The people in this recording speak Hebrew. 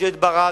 בממשלת ברק,